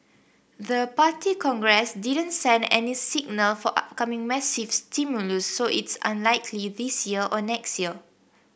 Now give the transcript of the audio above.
the Party Congress didn't send any signal for upcoming massive stimulus so it's unlikely this year or next year